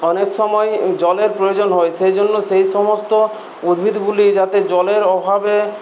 অনেক সময় জলের প্রয়োজন হয় সেই জন্য সেই সমস্ত উদ্ভিদগুলি যাতে জলের অভাবে